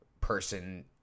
person